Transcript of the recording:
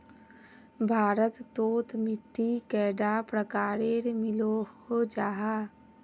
भारत तोत मिट्टी कैडा प्रकारेर मिलोहो जाहा?